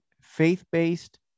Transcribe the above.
faith-based